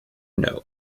nope